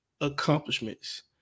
accomplishments